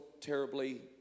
terribly